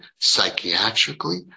psychiatrically